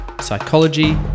psychology